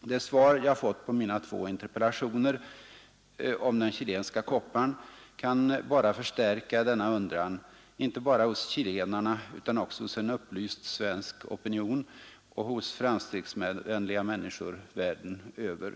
Det tt på mina två interpellationer om den chilenska kopparn kan Svar jag bara förstärka denna undran, inte bara hos chilenarna utan också hos en upplyst svensk opinion och hos framstegsvänliga människor världen över.